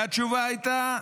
והתשובה הייתה: